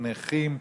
או נכים,